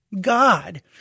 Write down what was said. God